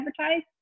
advertise